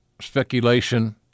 speculation